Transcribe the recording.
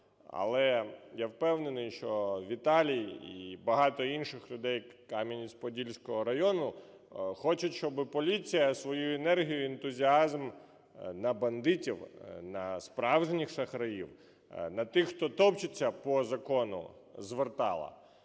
але я впевнений, що Віталій і багато інших людей Кам'янець-Подільського району хочуть, щоби поліція свою енергію і ентузіазм на бандитів, на справжніх шахраїв, на тих, хто топчеться по закону, звертала,